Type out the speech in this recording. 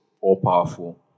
all-powerful